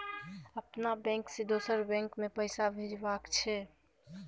अपन बैंक से दोसर बैंक मे पैसा भेजबाक छै?